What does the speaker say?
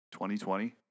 2020